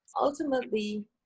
ultimately